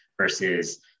versus